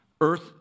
earth